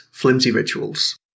FlimsyRituals